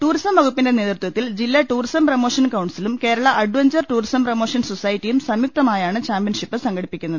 tourism വകുപ്പിന്റെ നേതൃത്വത്തിൽ ജില്ലാ ടൂറിസംപ്രമോഷൻ ക്യൌൺസിലും കേരള അഡ്വഞ്ചർ ടൂറിസം പ്രമോഷൻ സൊസ്റ്റൈിയും സംയുക്തമായാണ് ചാമ്പ്യൻഷിപ്പ് സംഘടിപ്പിക്കുന്നത്